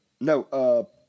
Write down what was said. no